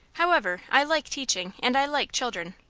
however, i like teaching, and i like children.